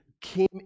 came